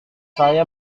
saya